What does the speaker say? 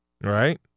right